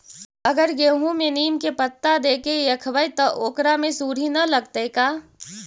अगर गेहूं में नीम के पता देके यखबै त ओकरा में सुढि न लगतै का?